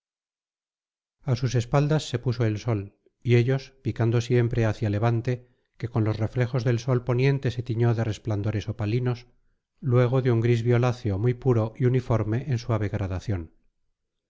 a sus espaldas se puso el sol y ellos picando siempre hacia levante que con los reflejos del sol poniente se tiñó de resplandores opalinos luego de un gris violáceo muy puro y uniforme en suave gradación